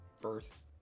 birth